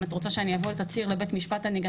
אם את רוצה שאני אבוא עם תצהיר לבית המשפט אני גם